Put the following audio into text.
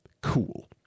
cool